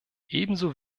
ebenso